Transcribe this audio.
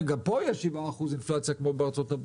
גם פה יהיה 7% אינפלציה כמו בארה"ב,